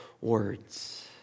words